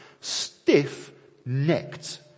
stiff-necked